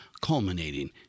culminating